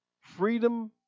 freedom